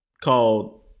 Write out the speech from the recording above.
called